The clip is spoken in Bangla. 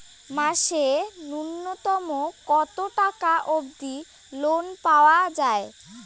মাসে নূন্যতম কতো টাকা অব্দি লোন পাওয়া যায়?